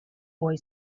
boy